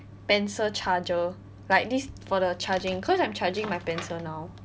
pencil charger like this for the charging cause I'm charging my pencil now